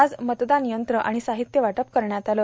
आज मतदान यंत्र आणि साहित्य वाटप करण्यात आले